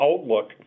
outlook